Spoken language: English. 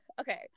okay